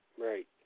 Right